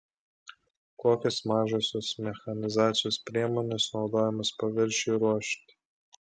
kokios mažosios mechanizacijos priemonės naudojamos paviršiui ruošti